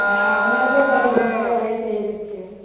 ஆ அதுனால தான் இப்பெல்லாம் கொஞ்சம் ரேட்டு ஏறிடுச்சுங்க